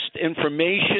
information